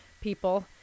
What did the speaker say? people